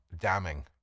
damning